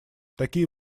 такие